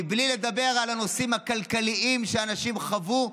בלי לדבר על הנושאים הכלכליים שהאנשים חוו,